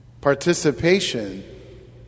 participation